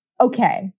Okay